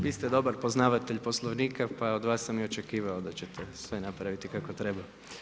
Vi ste dobar poznavatelj Poslovnika pa od vas sam i očekivao da ćete sve napraviti kako treba.